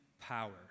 power